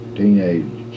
teenage